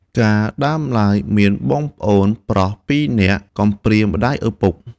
កាលដើមឡើយ មានបងប្អូនប្រុសពីរនាក់ កំព្រាម្តាយឪពុក។